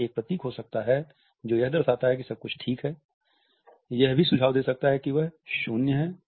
यह एक प्रतीक हो सकता है जो यह दर्शाता है कि सब कुछ ठीक है यह भी सुझाव दे सकता है कि यह शून्य है